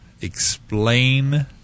Explain